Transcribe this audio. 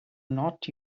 not